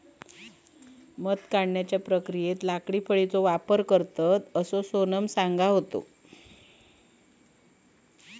मध काढण्याच्या प्रक्रियेत लाकडी फळीचो वापर करतत, असा सोनम सांगत होता